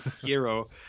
Hero